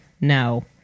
No